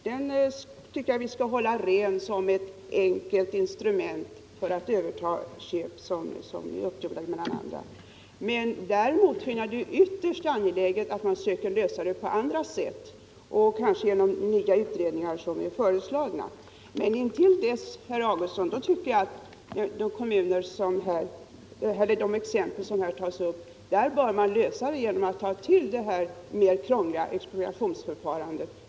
Den tycker jag vi skall hålla ren som ett enkelt instrument för kommunen att överta köp som är uppgjorda med andra köpare. Däremot finner jag det ytterst angeläget att försöka lösa problemet på andra sätt, kanske genom nya utredningar som är föreslagna. Men intill dess, herr Augustsson, bör man i de fall som här ges exempel på ta till det mer krångliga expropriationsförfarandet.